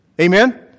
Amen